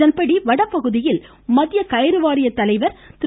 இதன்படி வடபகுதியில் மத்திய கயறு வாரிய தலைவர் திரு